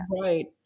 Right